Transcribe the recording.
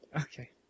Okay